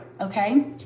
Okay